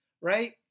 right